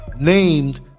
Named